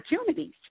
opportunities